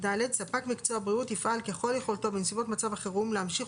(ד)ספק מקצוע בריאות יפעל ככל יכולתו בנסיבות מצב החירום להמשיך